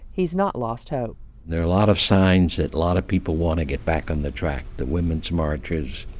he's not lost hope there are a lot of signs that a lot of people want to get back on the track the women's marches,